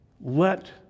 Let